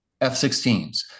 F-16s